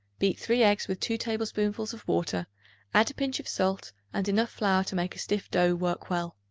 beat three eggs with two tablespoonfuls of water add a pinch of salt and enough flour to make a stiff dough work well.